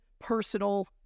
personal